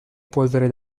polvere